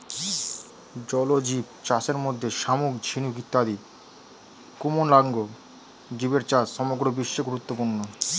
জলজীবচাষের মধ্যে শামুক, ঝিনুক ইত্যাদি কোমলাঙ্গ জীবের চাষ সমগ্র বিশ্বে গুরুত্বপূর্ণ